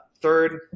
third